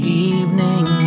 evening